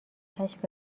کشف